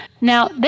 now